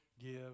give